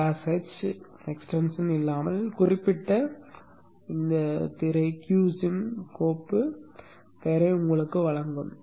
slash h நீட்டிப்பு இல்லாமல் குறிப்பிட்ட திரை q sim கோப்பு பெயரை உங்களுக்கு வழங்கும்